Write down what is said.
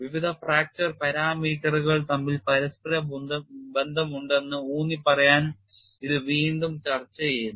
വിവിധ ഫ്രാക്ചർ പാരാമീറ്ററുകൾ തമ്മിൽ പരസ്പര ബന്ധമുണ്ടെന്ന് ഊന്നിപ്പറയാൻ ഇത് വീണ്ടും ചർച്ചചെയ്യുന്നു